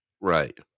Right